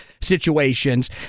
situations